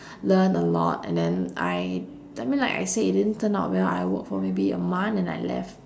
learn a lot and then I I mean like I say it didn't turn out well I work for maybe a month and I left